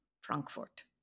Frankfurt